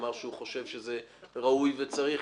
אמר שהוא חושב שזה ראוי וצריך,